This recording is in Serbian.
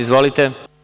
Izvolite.